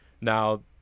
Now